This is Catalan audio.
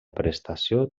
prestació